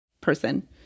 person